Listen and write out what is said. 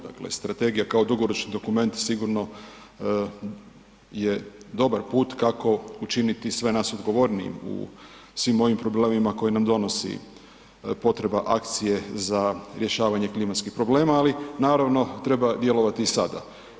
Dakle, strategija kao dugoročni dokument sigurno je dobar put kako učiniti sve nas odgovornijim u svim ovim problemima koje nam donosi potreba akcije za rješavanje klimatskih problema, ali naravno treba djelovati i sada.